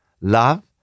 Love